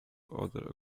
other